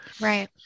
Right